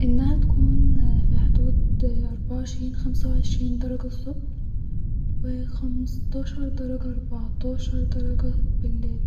انها تكون في حدود اربعه وعشرين خمسه وعشرين درجه الصبح-وخمستاشر درجه اربعتاشر درجه بليل